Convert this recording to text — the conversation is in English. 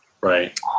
Right